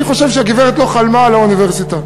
אני חושב שהגברת לא חלמה על האוניברסיטה,